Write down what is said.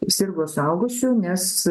sirgo suaugusių nes